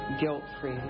guilt-free